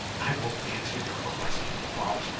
i won't answer your questions, balch.